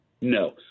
No